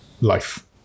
life